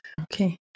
Okay